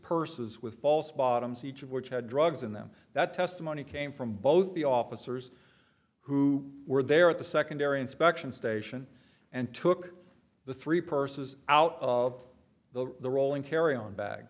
purses with false bottoms each of which had drugs in them that testimony came from both the officers who were there at the secondary inspection station and took the three purses out of the the rolling carry on bag